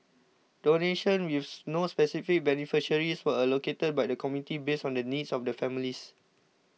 donations with no specific beneficiaries were allocated by the committee based on the needs of the families